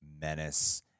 menace